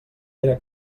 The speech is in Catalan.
pere